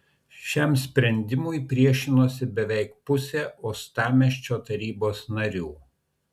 šiam sprendimui priešinosi beveik pusė uostamiesčio tarybos narių